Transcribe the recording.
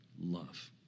Love